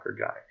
guy